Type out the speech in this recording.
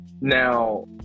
Now